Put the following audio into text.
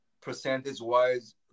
percentage-wise